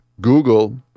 Google